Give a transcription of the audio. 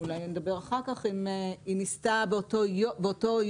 אולי נדבר אחר כך, אם היא ניסתה באותו יום.